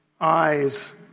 eyes